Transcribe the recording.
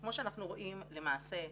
כמו שאנחנו רואים למעשה,